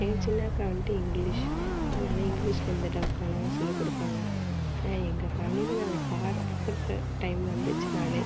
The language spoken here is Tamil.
எங்கள் சின்ன அக்கா வந்துட்டு இங்கிலீஷ் அதனால் இங்கிலீஷில் எந்த டௌட்னாலும் அவங்க சொல்லி கொடுப்பாங்க எங்கள் ஃபேமிலியில் நாங்கள் சாப்புட்ற டைம் வந்துச்சுனாலே